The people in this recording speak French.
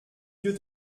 dieu